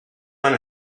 man